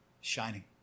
shining